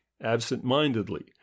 absent-mindedly